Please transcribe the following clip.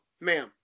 ma'am